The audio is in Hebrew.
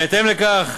בהתאם לכך,